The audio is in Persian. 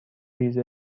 ریز